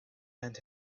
and